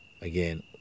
again